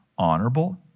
Honorable